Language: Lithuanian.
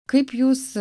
kaip jūs